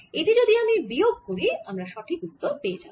এটি যদি আমি বিয়োগ করি আমরা সঠিক উত্তর পেয়ে যাবো